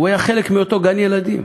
הוא היה חלק מאותו גן-ילדים.